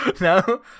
No